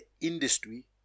industry